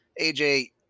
AJ